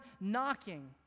knocking